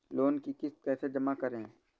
Loan की किश्त कैसे जमा करें?